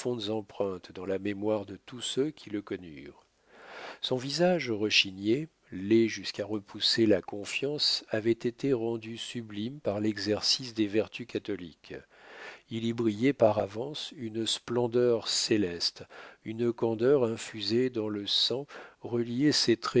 empreintes dans la mémoire de tous ceux qui le connurent son visage rechigné laid jusqu'à repousser la confiance avait été rendu sublime par l'exercice des vertus catholiques il y brillait par avance une splendeur céleste une candeur infusée dans le sang reliait ses traits